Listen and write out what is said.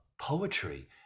poetry